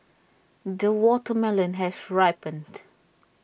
the watermelon has ripened